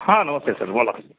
हां नमस्ते सर बोला